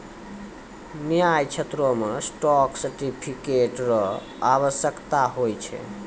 न्याय क्षेत्रो मे स्टॉक सर्टिफिकेट र आवश्यकता होय छै